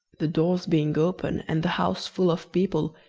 the doors being open, and the house full of people,